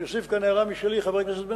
אני אוסיף כאן הערה משלי, חבר הכנסת בן-סימון: